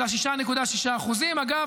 של 6.6%. אגב,